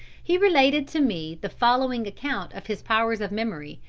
he related to me the following account of his powers of memory,